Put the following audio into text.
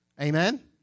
Amen